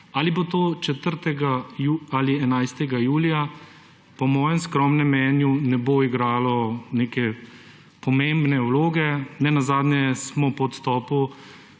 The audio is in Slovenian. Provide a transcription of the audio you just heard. Ali bo to 4. ali 11. julija, po mojem skromnem mnenju ne bo igralo neke pomembne vloge nenazadnje smo po odstopu